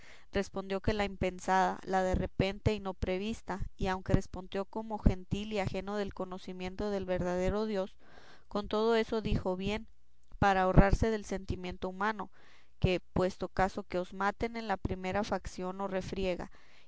respondió que la impensada la de repente y no prevista y aunque respondió como gentil y ajeno del conocimiento del verdadero dios con todo eso dijo bien para ahorrarse del sentimiento humano que puesto caso que os maten en la primera facción y refriega